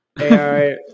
AI